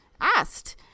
asked